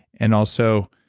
and also,